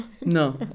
no